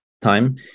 time